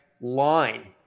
line